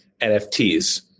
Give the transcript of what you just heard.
NFTs